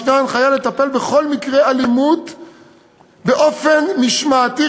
הנחיה לטפל בכל מקרה אלימות באופן משמעתי,